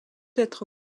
être